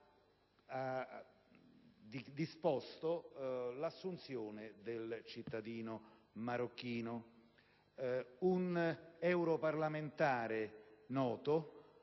ha disposto l'assunzione del cittadino marocchino. Un noto europarlamentare si